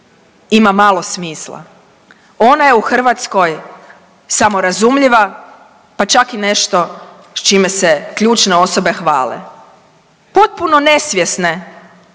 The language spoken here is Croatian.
ima malo smisla. Ona je u Hrvatskoj samorazumljiva pa čak i nešto s čime se ključne osobe hvale. Potpuno nesvjesne